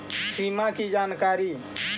सिमा कि जानकारी?